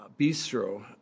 Bistro